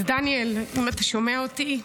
אז דניאל, אם אתה שומע אותי,